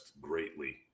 greatly